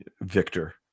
victor